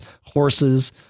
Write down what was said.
horses